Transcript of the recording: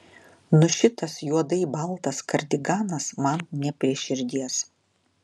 nu šitas juodai baltas kardiganas man ne prie širdies